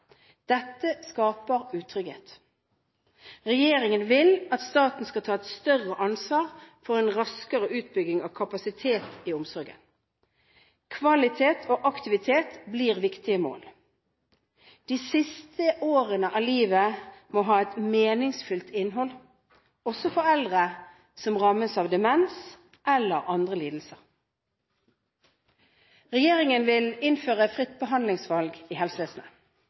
Dette skaper utrygghet. Regjeringen vil at staten skal ta et større ansvar for en raskere utbygging av kapasiteten i omsorgen. Kvalitet og aktivitet blir viktige mål. De siste årene av livet må ha et meningsfylt innhold – også for eldre som rammes av demens eller andre lidelser. Regjeringen vil innføre fritt behandlingsvalg i helsevesenet.